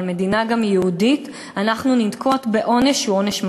גם יהודית אנחנו ננקוט עונש שהוא עונש מוות.